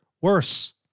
worse